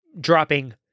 dropping